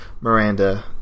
Miranda